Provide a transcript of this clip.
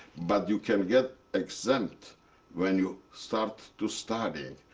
but you can get exempt when you start to study.